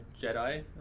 Jedi